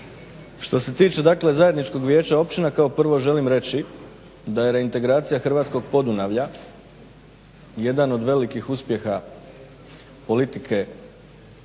Što se tiče dakle zajedničkog vijeća općine, kao prvo želim reći da je reintegracija hrvatskog Podunavlja jedan od velikih uspjeha politike hrvatske